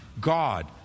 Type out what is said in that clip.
God